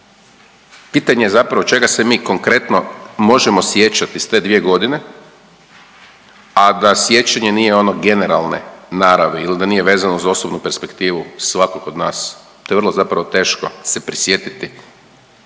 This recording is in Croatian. Pitanje ja zapravo čega se mi konkretno možemo sjećati s te dvije godine, a da sjećanje nije ono generalne naravi ili da nije vezano uz osobnu perspektivu svakog od nas. To je vrlo, zapravo teško se prisjetiti